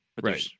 Right